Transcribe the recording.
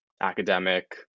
academic